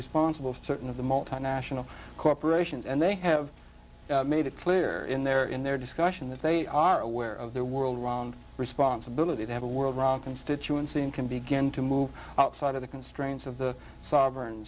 responsible for certain of the multinational corporations and they have made it clear in their in their discussion that they are aware of the world around responsibility to have a world run constituency and can begin to move outside of the constraints of the so